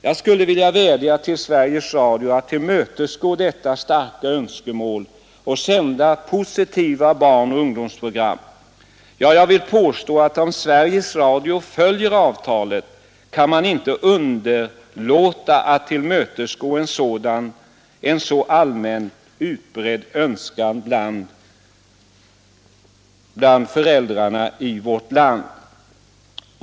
Jag skulle vilja vädja till Sveriges Radio att tillmötesgå detta starka önskemål och sända positiva barnoch ungdomsprogram. Ja, jag vill påstå att om Sveriges Radio följer avtalet kan man inte underlåta att tillmötesgå en så allmänt utbredd önskan bland föräldrarna i vårt land.